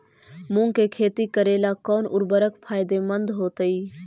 मुंग के खेती करेला कौन उर्वरक फायदेमंद होतइ?